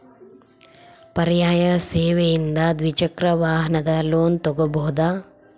ಪರ್ಯಾಯ ಸೇವೆಯಿಂದ ದ್ವಿಚಕ್ರ ವಾಹನದ ಲೋನ್ ತಗೋಬಹುದಾ?